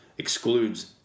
excludes